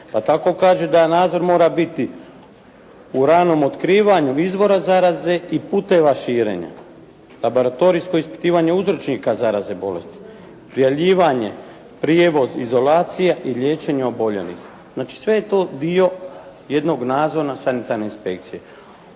pa tako kaže da nadzor mora biti u ravnom otkrivanju izvora zaraze i putove širenja, laboratorijsko ispitivanje uzročnika zarazne bolesti, prijavljivanje, prijevoz, izolacija i liječenje oboljelih. Znači sve je to dio jednog nadzora sanitarne inspekcije.